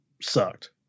sucked